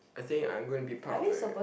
I think I'm going to be part of a